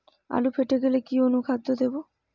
আলু ফেটে গেলে কি অনুখাদ্য দেবো?